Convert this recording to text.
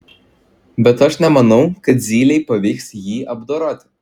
bet aš nemanau kad zylei pavyks jį apdoroti